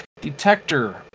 detector